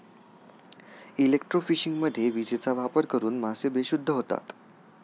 इलेक्ट्रोफिशिंगमध्ये विजेचा वापर करून मासे बेशुद्ध होतात